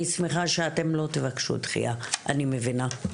אני שמחה שאתם לא תבקשו דחייה, אני מבינה.